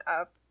up